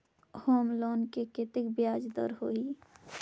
Home loan मे कतेक ब्याज दर होही?